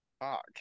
Fuck